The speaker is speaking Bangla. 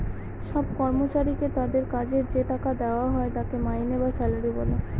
সব কর্মচারীকে তাদের কাজের যে টাকা দেওয়া হয় তাকে মাইনে বা স্যালারি বলে